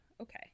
Okay